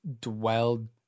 dwelled